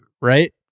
Right